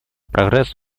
прогресс